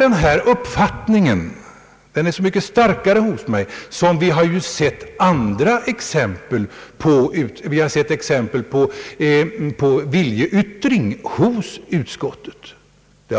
Den uppfattningen är så mycket starkare hos mig som vi ju har sett exempel på viljeyttringar hos utskottet. Vi